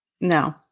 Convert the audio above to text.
No